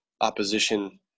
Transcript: opposition